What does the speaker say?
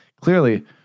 clearly